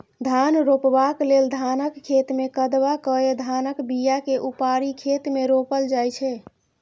धान रोपबाक लेल धानक खेतमे कदबा कए धानक बीयाकेँ उपारि खेत मे रोपल जाइ छै